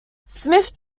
smith